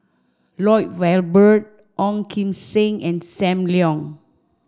Lloyd Valberg Ong Kim Seng and Sam Leong